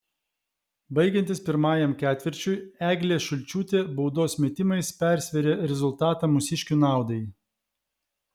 baigiantis pirmajam ketvirčiui eglė šulčiūtė baudos metimais persvėrė rezultatą mūsiškių naudai